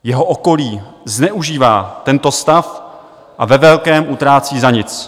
Jeho okolí zneužívá tento stav a ve velkém utrácí za nic.